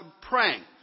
praying